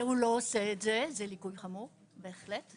אם הוא לא עושה את זה, זה ליקוי חמור, בהחלט.